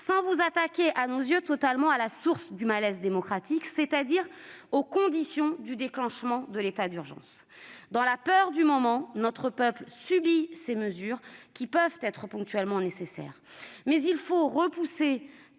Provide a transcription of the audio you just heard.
sans vous attaquer selon nous totalement à la source du malaise démocratique, c'est-à-dire aux conditions du déclenchement de l'état d'urgence. Dans la peur du moment, notre peuple subit ces mesures, qui peuvent être ponctuellement nécessaires, mais il faut repousser